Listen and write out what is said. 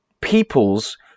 peoples